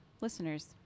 listeners